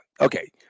okay